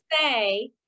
say